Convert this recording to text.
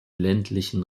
ländlichen